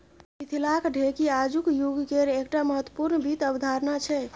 मिथिलाक ढेकी आजुक युगकेर एकटा महत्वपूर्ण वित्त अवधारणा छै